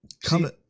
come